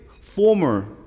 former